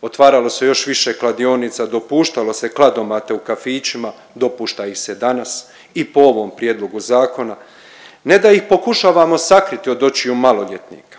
Otvaralo se još više kladionica, dopuštalo se kladomate u kafićima, dopušta ih se danas i po ovom prijedlogu zakona. Ne da ih pokušavamo sakriti od očiju maloljetnika,